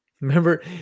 Remember